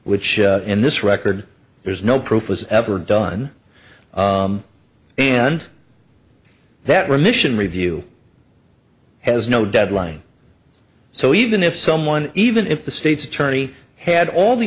which in this record there is no proof was ever done and that remission review has no deadline so even if someone even if the state's attorney had all the